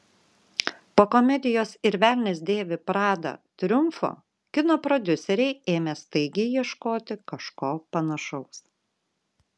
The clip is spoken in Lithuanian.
po komedijos ir velnias dėvi pradą triumfo kino prodiuseriai ėmė staigiai ieškoti kažko panašaus